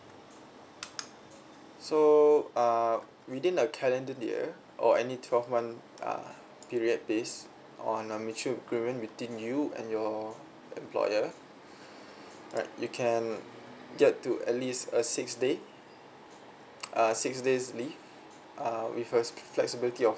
so uh within the calendar here or any twelve month uh period base on a mutual agreement between you and your employer right you can get to at least a six day uh six days leave uh with first flexibility of